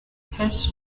hess